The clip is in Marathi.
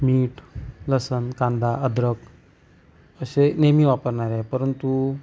मीठ लसूण कांदा अद्रक असे नेहमी वापरणारे आहे परंतु